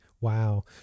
wow